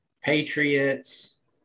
Patriots